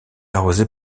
arrosée